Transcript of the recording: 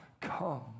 come